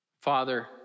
Father